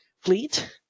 fleet